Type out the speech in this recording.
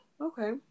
Okay